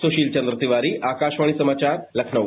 सुशील चन्द्र तिवारी आकाशवाणी समाचार लखनऊ